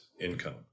income